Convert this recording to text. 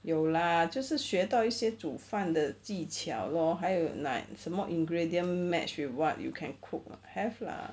有 lah 就是学到一些煮饭的技巧 lor 还有买什么 ingredient match with what you can cook have lah